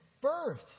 birth